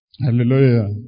Hallelujah